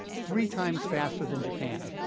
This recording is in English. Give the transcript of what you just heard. three times faster than japan.